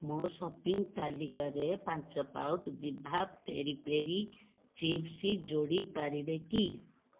ମୋ ସପିଂ ତାଲିକାରେ ପାଞ୍ଚ ପାଉତ ଦିଭା ପେରି ପେରି ଚିପ୍ସ୍ ଯୋଡ଼ି ପାରିବେ କି